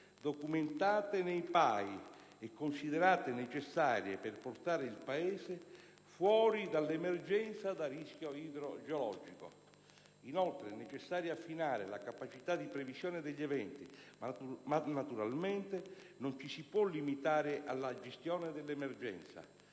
idrogeologico e considerate necessarie per portare il Paese fuori dall'emergenza da rischio idrogeologico. Inoltre, è necessario affinare la capacità di previsione degli eventi ma, naturalmente, non ci si può limitare alla gestione dell'emergenza.